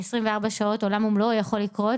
ב-24 שעות עולם ומלואו יכול לקרות,